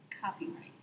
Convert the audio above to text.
Copyright